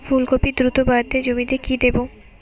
ফুলকপি দ্রুত বাড়াতে জমিতে কি দেবো?